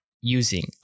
using